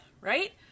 right